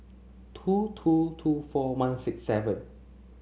two two two four one six seven